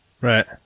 Right